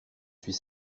suis